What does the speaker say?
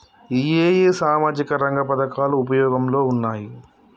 ఏ ఏ సామాజిక రంగ పథకాలు ఉపయోగంలో ఉన్నాయి?